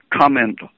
comment